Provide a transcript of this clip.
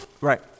Right